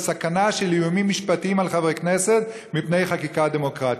לסכנה של איומים משפטיים על חברי כנסת מפני חקיקה דמוקרטית.